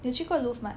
你有去过 called Loof mah